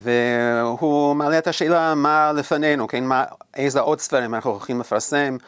והוא מעלה את השאלה מה לפנינו, כן, איזה עוד ספרים אנחנו הולכים לפרסם.